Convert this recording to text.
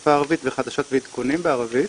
בשפה הערבית וחדשות ועדכונים בערבית.